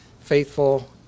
faithful